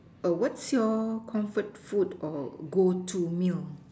err what's your comfort food or go to meal